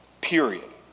period